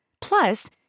Plus